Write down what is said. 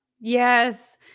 Yes